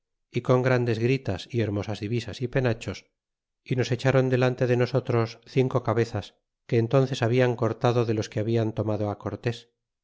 y con grandes gritas y hermosas divisas y penachos y nos echron delante de nosotros cinco cabe zas que entences hablan cortado de loaquebabian tomado cortes